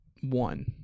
one